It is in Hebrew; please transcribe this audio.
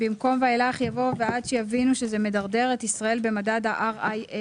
במקום "ואילך" יבוא "ועד שיבינו שזה מדרדר את ישראל במדד ה-RIA".